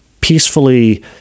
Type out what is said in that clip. peacefully